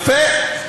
יפה.